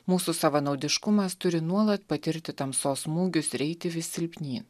mūsų savanaudiškumas turi nuolat patirti tamsos smūgius ir eiti vis silpnyn